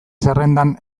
zerrendan